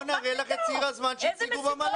בואי נראה לך את ציר הזמן שהציגו במל"ל.